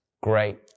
great